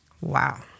wow